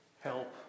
Help